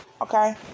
Okay